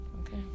Okay